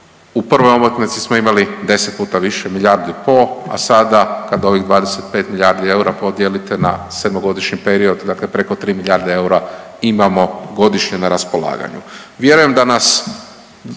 u prvoj omotnici smo imali 10 puta više, milijardu i pol, a sada, kada ovih 25 eura podijelite na 7-godišnji period, dakle preko 3 milijarde eura imamo godišnje na raspolaganju.